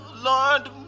Lord